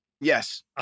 Yes